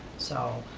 so,